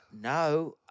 no